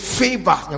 favor